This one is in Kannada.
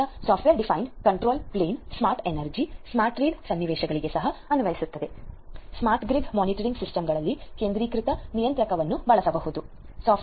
ಆದ್ದರಿಂದ ಸಾಫ್ಟ್ವೇರ್ ಡಿಫೈನ್ಡ ಕಂಟ್ರೋಲ್ಪ್ಲೇನನ್ನು ಸ್ಮಾರ್ಟ್ ಶಕ್ತಿ ಸ್ಮಾರ್ಟ್ ರೀಡ್ ಸನ್ನಿವೇಶದಲ್ಲಿ ಸ್ಮಾರ್ಟ್ ಗ್ರಿಡ್ ಮೇಲ್ವಿಚಾರಣೆ ವ್ಯವಸ್ಥೆಗಳಲ್ಲಿ ಒಂದು ಕೇಂದ್ರೀಕೃತ ನಿಯಂತ್ರಕ ಬಳಸಿಕೊಂಡ ಸೆಂಟ್ರಲೈಜ್ಡ್ ಕಂಟ್ರೊಲ್ರ